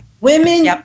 women